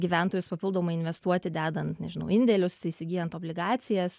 gyventojus papildomai investuoti dedant nežinau indėlius įsigyjant obligacijas